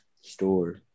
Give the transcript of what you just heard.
store